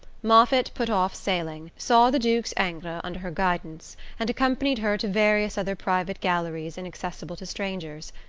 moffatt put off sailing, saw the duke's ingres under her guidance, and accompanied her to various other private galleries inaccessible to strangers.